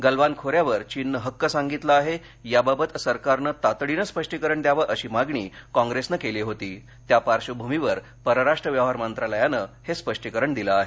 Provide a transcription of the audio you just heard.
गलवान खोऱ्यावर चीननं हक्क सांगितला आहे याबाबत सरकारनं तातडीनं स्पष्टीकरण द्यावं अशी मागणी कॉंग्रेसनं केली होती त्या पार्श्वभूमीवर परराष्ट्र व्यवहार मंत्रालयानं हे स्पष्टीकरण दिल आहे